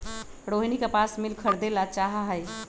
रोहिनी कपास मिल खरीदे ला चाहा हई